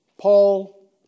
Paul